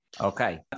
Okay